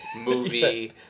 movie